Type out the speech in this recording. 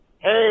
Hey